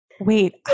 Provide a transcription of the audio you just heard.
Wait